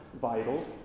vital